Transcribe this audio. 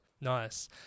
Nice